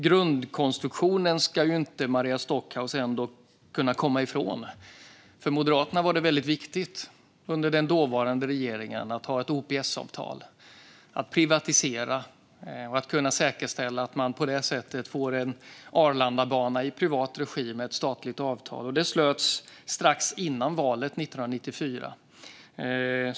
Grundkonstruktionen ska Maria Stockhaus dock inte kunna komma ifrån. För Moderaterna var det väldigt viktigt, under den dåvarande regeringen, att ha ett OPS-avtal, att privatisera och att kunna säkerställa att man på det sättet fick en Arlandabana i privat regi med ett statligt avtal. Detta avtal slöts strax före valet 1994.